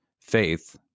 faith